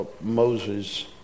Moses